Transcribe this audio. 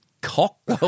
cock